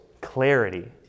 clarity